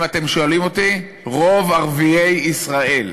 אם אתם שואלים אותי, רוב ערביי ישראל,